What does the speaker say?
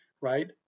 right